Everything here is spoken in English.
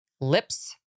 lips